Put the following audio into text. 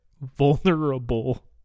vulnerable